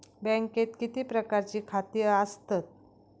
बँकेत किती प्रकारची खाती आसतात?